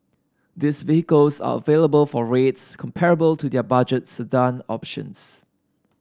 these vehicles are available for rates comparable to their budget sedan options